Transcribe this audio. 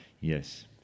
yes